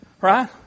right